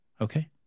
Okay